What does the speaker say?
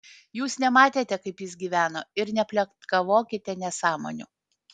jūs nematėte kaip jis gyveno ir nepletkavokite nesąmonių